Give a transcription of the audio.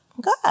Good